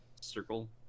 circle